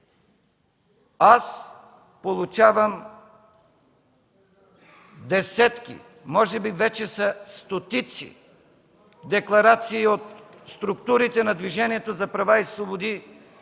Аз получавам десетки, може би вече са стотици декларации от структурите на Движението за права и свободи,